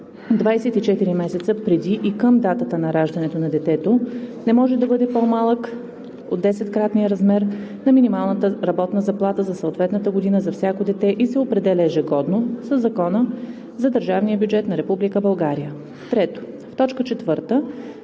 24 месеца преди и към датата на раждането на детето, не може да бъде по-малък от 10-кратния размер на минималната работна заплата за съответната година за всяко дете и се определя ежегодно със Закона за държавния бюджет на Република